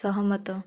ସହମତ